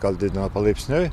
gal didino palaipsniui